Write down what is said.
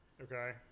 Okay